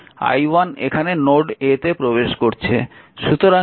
i1 এখানে node a তে প্রবেশ করছে